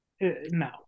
No